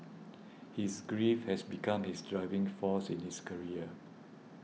his grief has become his driving force in his career